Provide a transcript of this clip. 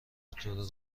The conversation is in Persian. بطور